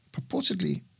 purportedly